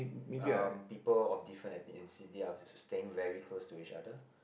um people of different ethnicity are also staying very close to each other